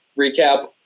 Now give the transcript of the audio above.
recap